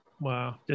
Wow